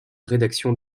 rédaction